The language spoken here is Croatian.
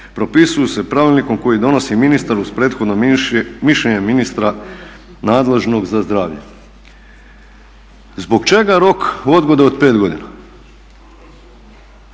propisuju se pravilnikom koji donosi ministar uz prethodno mišljenje ministra nadležnog za zdravlje. Zbog čega rok odgode od 5 godina?